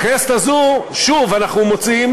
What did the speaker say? ובכנסת הזו שוב אנחנו מוצאים,